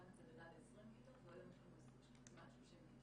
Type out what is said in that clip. אחר כך זה גדל ל-20 כיתות והיום לנו כמעט 30 כיתות.